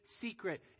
secret